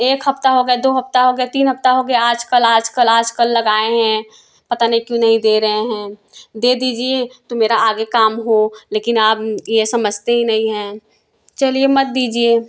एक हफ्ता हो गया दो हफ्ता हो गया तीन हफ्ता हो गया आजकल आजकल आजकल लगाएं हैं पता नहीं क्यों नहीं दे रहे हैं दे दीजिए तो मेरा आगे काम हो लेकिन आप ये समझते ही नहीं हैं चलिए मत दीजिए